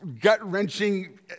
gut-wrenching